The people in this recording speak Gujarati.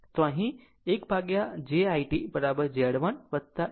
તો અહીં પણ 1 ભાગ્યા j i t Z 1 1 ભાગ્યા Z 2 છે